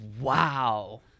Wow